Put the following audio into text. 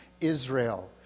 Israel